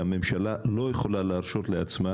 שהממשלה לא יכולה להרשות לעצמה